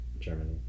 Germany